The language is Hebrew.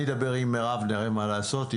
אני אדבר עם מירב ונראה מה אפשר לעשות.